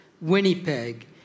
Winnipeg